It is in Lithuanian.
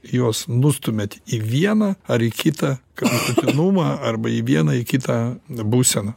juos nustumiat į vieną ar į kitą kraštutinumą arba į vieną į kitą būseną